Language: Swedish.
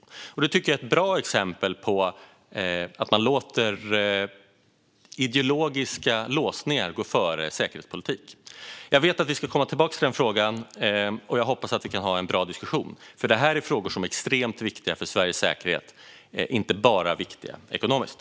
Jag tycker att det är ett bra exempel på att man låter ideologiska låsningar gå före säkerhetspolitik. Jag vet att vi ska komma tillbaka till den frågan, och jag hoppas att vi kan ha en bra diskussion. Detta är nämligen frågor som är extremt viktiga för Sveriges säkerhet och inte bara viktiga ekonomiskt.